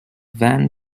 van